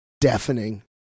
deafening